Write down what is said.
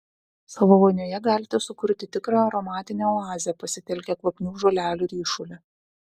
savo vonioje galite sukurti tikrą aromatinę oazę pasitelkę kvapnių žolelių ryšulį